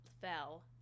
fell